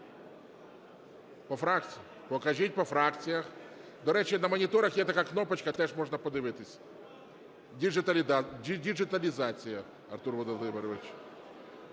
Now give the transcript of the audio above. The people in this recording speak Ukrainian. Покажіть по фракціях. До речі, на моніторах є така кнопочка, теж можна подивитись. Діджиталізація, Артур Володимирович.